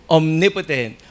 omnipotent